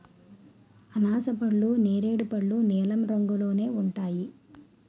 అనాసపళ్ళు నేరేడు పళ్ళు నీలం రంగులోనే ఉంటాయి